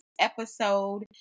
episode